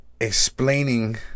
explaining